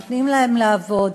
נותנים להם לעבוד,